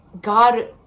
God